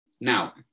Now